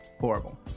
Horrible